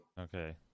Okay